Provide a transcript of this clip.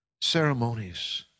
ceremonies